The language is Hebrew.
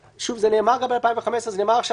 זה נאמר גם ב-2015, זה נאמר גם עכשיו.